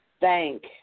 thank